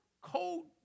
cold